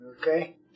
Okay